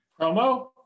promo